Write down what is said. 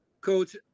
Coach